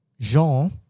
Jean